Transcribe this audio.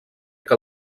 que